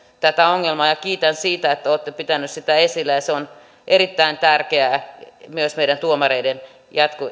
tätä ongelmaa kiitän siitä että olette pitänyt sitä esillä ja se on erittäin tärkeää myös meidän tuomareiden